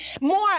more